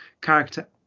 character